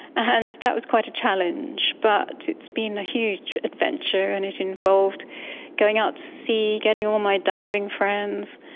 and that was quite a challenge. but it's been a huge adventure and it involved going out to sea, getting all my diving friends,